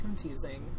confusing